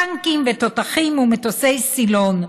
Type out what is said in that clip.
טנקים ותותחים ומטוסי סילון.